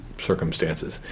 circumstances